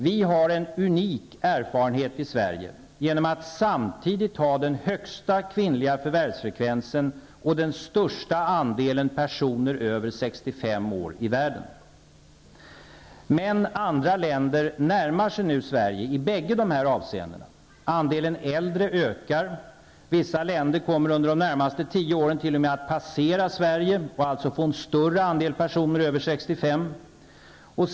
Vi har en unik erfarenhet i Sverige genom att samtidigt ha den högsta kvinnliga förvärvsfrekvens och den största andelen personer över 65 år i världen. Men andra länder närmar sig nu Sverige i bägge dessa avseenden. Andelen äldre ökar. Vissa länder kommer under de närmaste tio åren t.o.m. att passera Sverige och alltså få en större andel personer över 65 år.